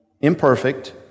imperfect